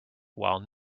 while